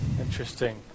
Interesting